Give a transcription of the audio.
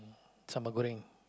sambal goreng